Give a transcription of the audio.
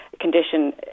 condition